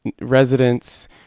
residents